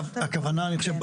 הכוונה אני חושב,